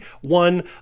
one